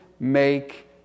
make